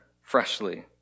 freshly